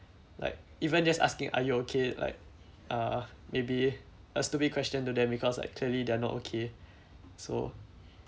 like even just asking are you okay like uh maybe a stupid question to them because actually they're not okay so